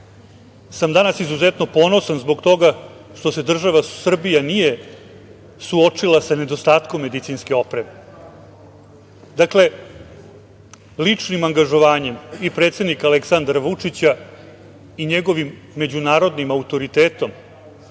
sam danas izuzetno ponosan zbog toga što se država Srbija nije suočila sa nedostatkom medicinske opreme. Dakle, ličnim angažovanjem i predsednika Aleksandra Vučića i njegovim međunarodnim autoritetom,